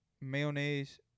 Mayonnaise